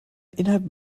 innerhalb